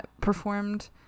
performed